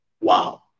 Wow